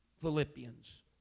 Philippians